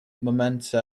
momento